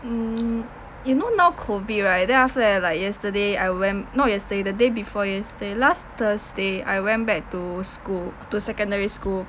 mm you know now COVID right then after that like yesterday I went not yesterday the day before yesterday last thursday I went back to school to secondary school